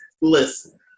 listen